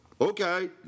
Okay